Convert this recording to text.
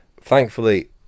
thankfully